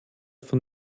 von